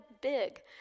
big